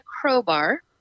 crowbar